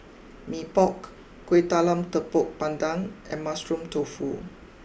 Mee Pok Kuih Talam Tepong Pandan and Mushroom Tofu